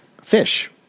fish